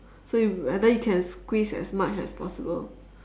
so you either you can squeeze as much as possible